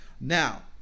Now